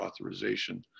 authorization